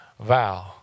vow